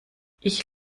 ich